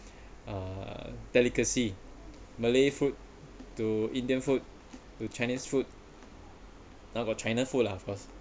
uh delicacy malay food to indian food to chinese food now got china food lah of cause